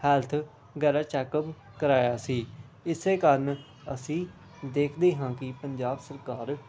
health ਗੈਰਾ checkup ਕਰਾਇਆ ਸੀ ਇਸੇ ਕਾਰਨ ਅਸੀਂ ਦੇਖਦੇ ਹਾਂ ਕਿ ਪੰਜਾਬ ਸਰਕਾਰ